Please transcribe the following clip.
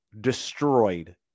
Destroyed